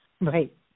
Right